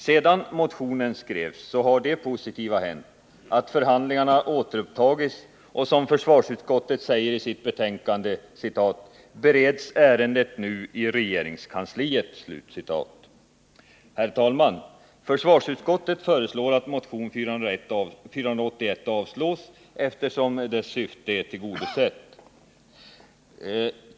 Sedan motionen skrevs har det positiva hänt att förhandlingarna återupptagits, och som försvarsutskottet säger i sitt betänkande bereds ärendet nu i regeringskansliet. Herr talman! Försvarsutskottet föreslår att motion 481 avslås, eftersom dess syfte är tillgodosett.